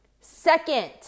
second